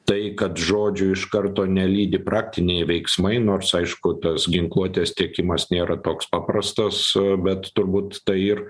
tai kad žodžių iš karto nelydi praktiniai veiksmai nors aišku tas ginkluotės tiekimas nėra toks paprastas bet turbūt ir